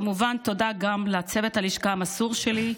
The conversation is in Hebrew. כמובן תודה גם לצוות הלשכה המסור שלי.